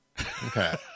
Okay